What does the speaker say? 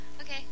Okay